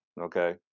okay